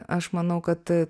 aš manau kad